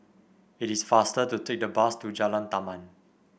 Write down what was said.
it is faster to take the bus to Jalan Taman